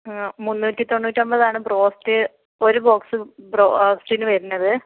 മുന്നുറ്റിതൊന്നൂറ്റിയെൺപതാണ് broast ഒരു box ബ്രോസ്റ്റിന് വരുന്നത്